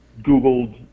googled